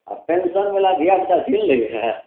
आ पेन्शन बला धिया पूता छीन लैये